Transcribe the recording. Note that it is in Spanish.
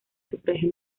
sufragio